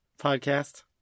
podcast